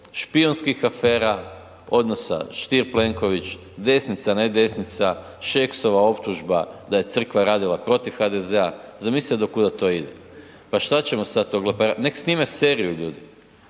špijunskih afera, odnosa Štir – Plenković, desnica, ne desnica, Šeksova optužba da je crkva radila protiv HDZ-a, zamislite do kuda to ide. Pa šta ćemo sad to, nek snime seriju ljudi,